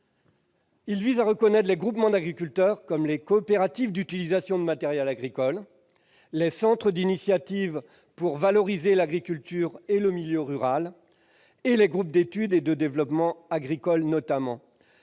Il tend à reconnaître les groupements d'agriculteurs, comme les coopératives d'utilisation de matériel agricole, les CUMA, les centres d'initiatives pour valoriser l'agriculture et le milieu rural, les CIVAM, et les groupes d'étude et de développement agricole, notamment.